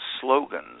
slogans